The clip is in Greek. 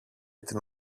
την